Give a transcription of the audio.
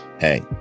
Hey